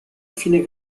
fine